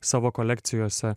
savo kolekcijose